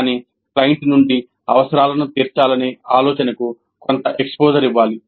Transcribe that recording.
కానీ క్లయింట్ నుండి అవసరాలను తీర్చాలనే ఆలోచనకు కొంత ఎక్స్పోజర్ ఇవ్వాలి